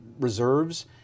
reserves